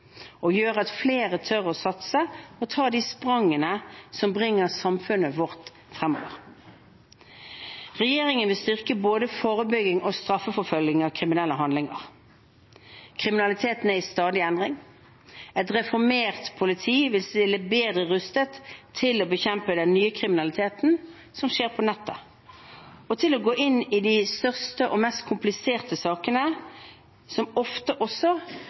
og gjør at flere tør å satse og å ta de sprangene som bringer samfunnet vårt fremover. Regjeringen vil styrke både forebygging og straffeforfølging av kriminelle handlinger. Kriminaliteten er i stadig endring. Et reformert politi vil stille bedre rustet til å bekjempe den nye kriminaliteten som skjer på nettet, og til å gå inn i de største og mest kompliserte sakene, som ofte også